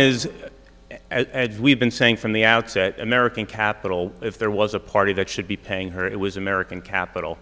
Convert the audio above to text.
as we've been saying from the outset american capital if there was a party that should be paying her it was american capital